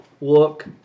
look